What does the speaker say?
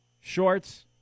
shorts